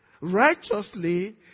righteously